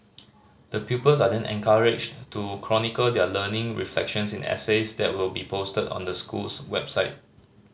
the pupils are then encouraged to chronicle their learning reflections in essays that will be posted on the school's website